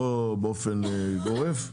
לא באופן גורף,